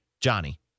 Johnny